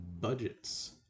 budgets